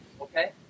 okay